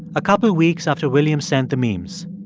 a couple of weeks after william sent the memes.